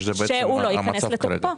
שהוא לא ייכנס לתוקפו.